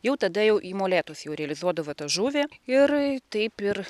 jau tada jau į molėtus jau realizuodavo tą žuvį ir taip ir